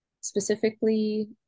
specifically